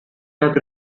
have